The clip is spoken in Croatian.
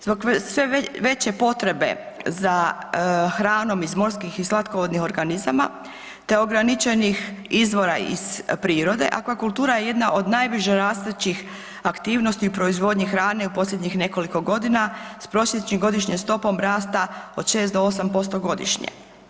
Zbog sve veće potrebe za hranom iz morskih i slatkovodnih organizama te ograničenih izvora iz prirode, akvakultura je jedna od najbrže rastućih aktivnosti u proizvodnji hrane u posljednjih nekoliko godina s prosječnom godišnjom stopom rasta od 6 do 8% godišnje.